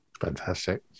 Fantastic